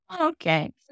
okay